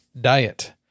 diet